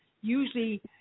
usually